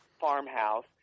farmhouse